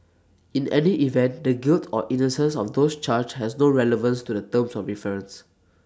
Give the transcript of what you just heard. in any event the guilt or innocence of those charged has no relevance to the terms of reference